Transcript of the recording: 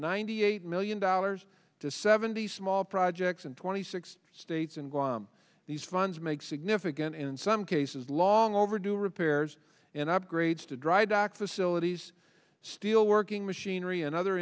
ninety eight million dollars to seventy small projects and twenty six states and guam these funds make significant in some cases long overdue repairs and upgrades to dry dock facilities steel working machinery in other